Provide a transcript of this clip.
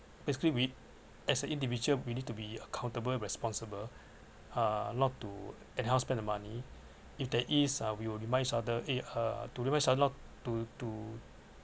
basically we as an individual we need to be accountable responsible uh not to enhance spend the money if there is uh we will reminds each others it uh to remind each other not to to